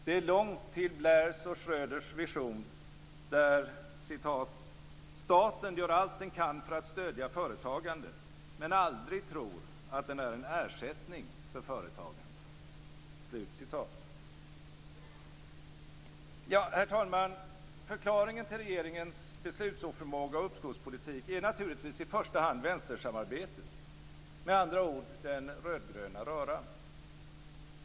Vi är långt från Blairs och Schröders vision, där "staten gör allt den kan för att stödja företagande men aldrig tror att den är en ersättning för företagande". Herr talman! Förklaringen till regeringens beslutsoförmåga och uppskovspolitik är naturligtvis i första hand vänstersamarbetet - med andra ord den rödgröna röran.